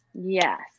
yes